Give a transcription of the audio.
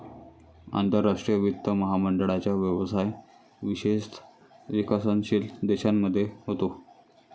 आंतरराष्ट्रीय वित्त महामंडळाचा व्यवसाय विशेषतः विकसनशील देशांमध्ये होतो